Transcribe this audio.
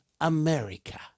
America